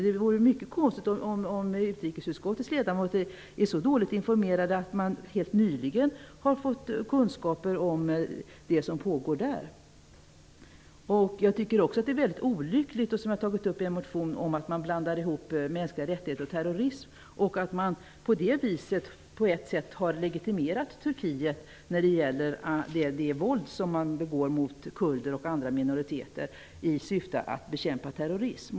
Det vore mycket konstigt om utrikesutskottets ledamöter är så dåligt informerade att de helt nyligen har fått kunskaper om det som pågår där. Jag tycker också att det är väldigt olyckligt, vilket jag har tagit upp i en motion, att man blandar ihop mänskliga rättigheter och terrorism och att man på det viset på ett sätt har legitimerat Turkiet när det gäller det våld som begås mot kurder och andra minoriteter i syfte att bekämpa terrorism.